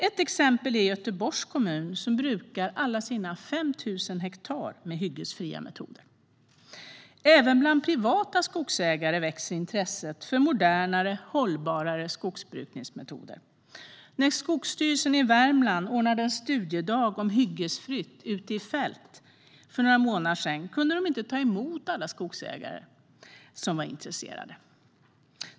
Ett exempel är Göteborgs kommun, som brukar alla sina 5 000 hektar med hyggesfria metoder. Även bland privata skogsägare växer intresset för modernare och hållbarare skogsbruksmetoder. När Skogsstyrelsen i Värmland ordnade en studiedag om hyggesfritt ute i fält för några månader sedan kunde de inte ta emot alla skogsägare som var intresserade.